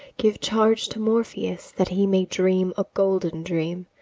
give charge to morpheus that he may dream a golden dream,